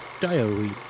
diary